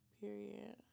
Period